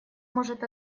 может